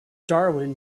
darwin